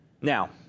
Now